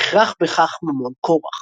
יהא הכרח בכך ממון-קורח.